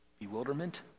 bewilderment